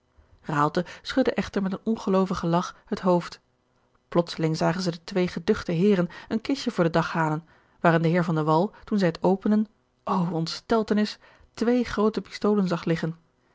schudde echter met een ongeloovigen lach het hoofd plotseling zagen zij de twee geduchte heeren een kistje voor den dag halen waarin de heer van de wall toen zij het openden o ontsteltenis twee groote pistolen zag liggen